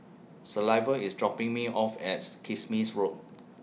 Silvia IS dropping Me off as Kismis Road